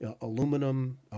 Aluminum